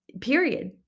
Period